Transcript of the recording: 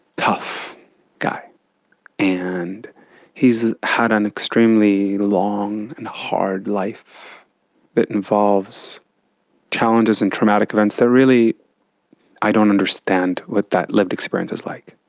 tough guy and he's had an extremely long and hard life that involves challenges and traumatic events that really i don't understand what that lived experience is like.